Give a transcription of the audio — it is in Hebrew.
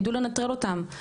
ידעו לנטרל אותם,